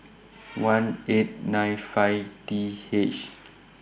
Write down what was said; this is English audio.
one eight nine five T H